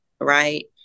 right